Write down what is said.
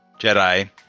Jedi